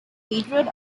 beetroot